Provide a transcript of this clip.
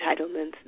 entitlements